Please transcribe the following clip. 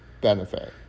benefit